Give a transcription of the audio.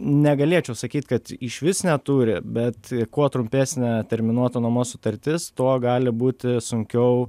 negalėčiau sakyt kad išvis neturi bet kuo trumpesnė terminuota nuomos sutartis tuo gali būti sunkiau